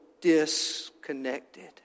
disconnected